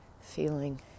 feeling